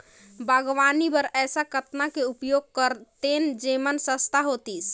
बागवानी बर ऐसा कतना के उपयोग करतेन जेमन सस्ता होतीस?